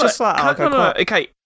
Okay